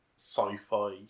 sci-fi